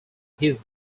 his